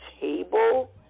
table